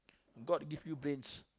god give your brains